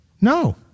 No